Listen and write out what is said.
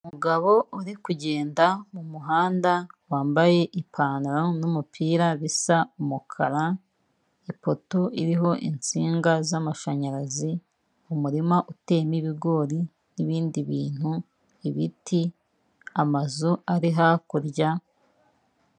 Umugabo uri kugenda mu muhanda wambaye ipantaro n'umupira bisa umukara, ipoto iriho insinga z'amashanyarazi umurima uteyemo ibigori n'ibindi bintu, ibiti, amazu ari hakurya.